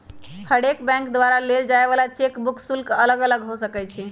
हरेक बैंक द्वारा लेल जाय वला चेक बुक शुल्क अलग अलग हो सकइ छै